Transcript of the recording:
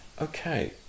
Okay